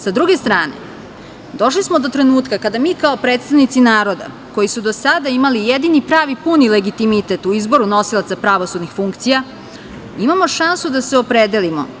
Sa druge strane, došli smo do trenutka kada mi kao predstavnici naroda koji su do sada imali jedini pravi puni legitimitet u izboru nosilaca pravosudnih funkcija, imamo šansu da se opredelimo.